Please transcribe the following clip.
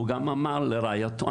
הוא גם אמר לרעייתו,